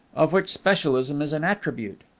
of which specialism is an attribute.